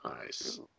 Nice